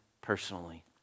personally